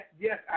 Yes